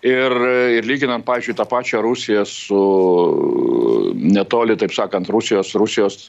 ir ir lyginant pavyzdžiui tą pačią rusiją su netoli taip sakant rusijos rusijos